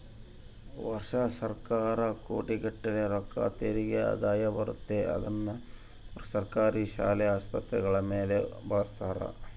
ವರ್ಷಾ ಸರ್ಕಾರಕ್ಕ ಕೋಟಿಗಟ್ಟಲೆ ರೊಕ್ಕ ತೆರಿಗೆ ಆದಾಯ ಬರುತ್ತತೆ, ಅದ್ನ ಅವರು ಸರ್ಕಾರಿ ಶಾಲೆ, ಆಸ್ಪತ್ರೆಗಳ ಮೇಲೆ ಬಳಸ್ತಾರ